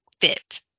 fit